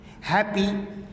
happy